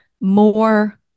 more